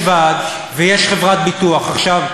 חביב ע'לבי,